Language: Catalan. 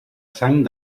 sang